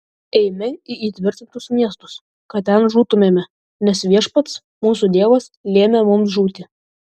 eime į įtvirtintus miestus kad ten žūtumėme nes viešpats mūsų dievas lėmė mums žūti